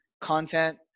content